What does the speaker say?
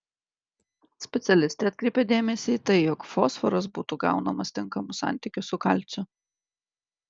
specialistė atkreipia dėmesį į tai jog fosforas būtų gaunamas tinkamu santykiu su kalciu